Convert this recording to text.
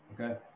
okay